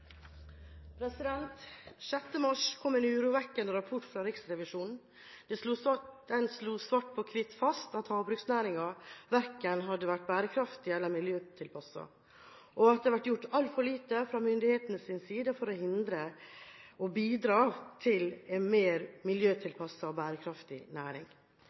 mars kom en urovekkende rapport fra Riksrevisjonen. Den slo fast svart på hvitt at havbruksnæringen verken hadde vært bærekraftig eller miljøtilpasset, og at det hadde vært gjort altfor lite fra myndighetenes side for å bidra til en mer miljøtilpasset næring.